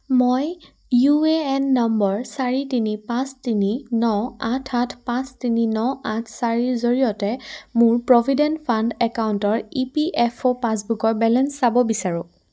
মই U A N নম্বৰ চাৰি তিনি পাঁচ তিনি ন আঠ আঠ পাঁচ তিনি ন আঠ চাৰিৰ জৰিয়তে মোৰ প্ৰভিডেণ্ট ফাণ্ড একাউণ্টৰ ই পি এফ অ' পাছবুকৰ বেলেঞ্চ চাব বিচাৰোঁ